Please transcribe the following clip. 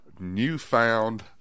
newfound